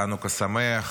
חנוכה שמח.